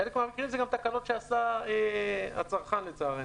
חלק מהמקרים זה גם תקלות שעשה הצרכן, לצערנו.